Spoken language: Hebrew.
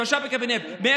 הוא ישב בקבינט,